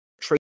trade